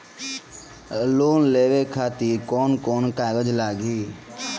Loan लेवे खातिर कौन कौन कागज लागी?